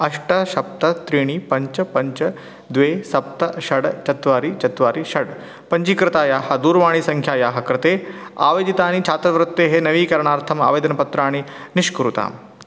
अष्ट सप्त त्रीणि पञ्च पञ्च द्वे सप्त षड् चत्वारि चत्वारि षड् पञ्जीकृतायाः दूरवाणीसङ्ख्यायाः कृते आवेदितानि छात्रवृत्तेः नवीकरणार्थं आवेदनपत्राणि निष्कुरुताम्